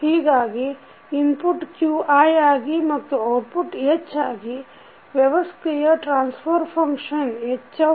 ಹೀಗಾಗಿ input qi ಆಗಿ ಮತ್ತು ಔಟ್ಪುಟ್ h ಆಗಿ ವ್ಯವಸ್ಥೆಯ ಟ್ರಾನ್ಸಫರ್ ಫಂಕ್ಷನ್ HQi